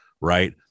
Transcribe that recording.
right